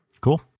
Cool